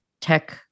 tech